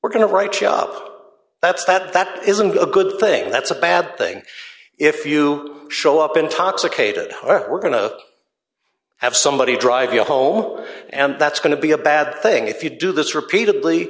we're going to write shop that's that that isn't a good thing that's a bad thing if you show up intoxicated we're going to have somebody drive you home and that's going to be a bad thing if you do this repeatedly